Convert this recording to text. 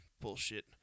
bullshit